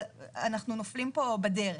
אנחנו נופלים פה בדרך.